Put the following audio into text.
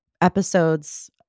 episodes